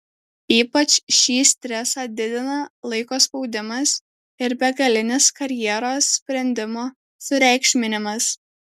ypač šį stresą didina laiko spaudimas ir begalinis karjeros sprendimo sureikšminimas